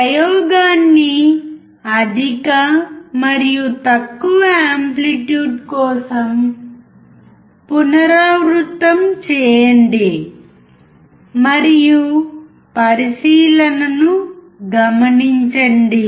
ప్రయోగాన్ని అధిక మరియు తక్కువ యాంప్లిట్యూడ్ కోసం పునరావృతం చేయండి మరియు పరిశీలనను గమనించండి